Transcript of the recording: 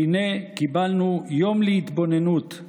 והינה קיבלנו, יום להתבוננות,